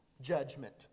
judgment